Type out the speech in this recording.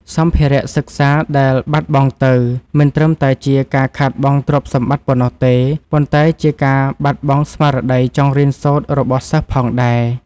សម្ភារៈសិក្សាដែលបាត់បង់ទៅ មិនត្រឹមតែជាការខាតបង់ទ្រព្យសម្បត្តិប៉ុណ្ណោះទេ ប៉ុន្តែជាការបាត់បង់ស្មារតីចង់រៀនសូត្ររបស់សិស្សផងដែរ។